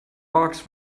barks